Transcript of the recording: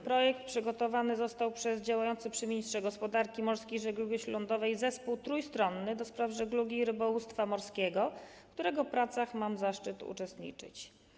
Projekt został przygotowany przez działający przy ministrze gospodarki morskiej i żeglugi śródlądowej Zespół Trójstronny do Spraw Żeglugi i Rybołówstwa Morskiego, w którego pracach mam zaszczyt uczestniczyć.